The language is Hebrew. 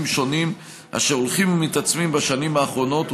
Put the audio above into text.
שונים אשר הולכים ומתעצמים בשנים האחרונות,